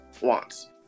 wants